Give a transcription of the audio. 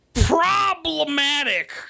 problematic